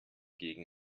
gegen